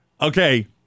Okay